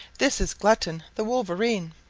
this is glutton the wolverine,